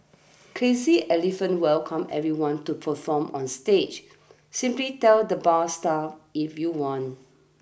Crazy Elephant welcomes everyone to perform on stage simply tell the bar staff if you want